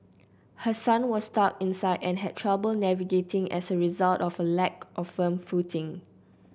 her son was stuck inside and had trouble navigating as a result of a lack of firm footing